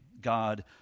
God